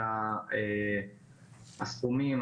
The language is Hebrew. שהסכומים,